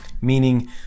meaning